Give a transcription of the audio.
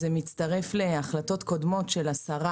הדבר הזה מצטרף להחלטות קודמות של השרה